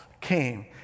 came